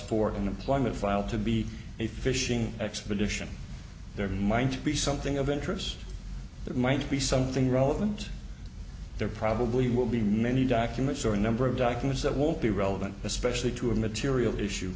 for an employment filed to be a fishing expedition their mind be something of interest that might be something relevant there probably will be many documents or a number of documents that will be relevant especially to a material issue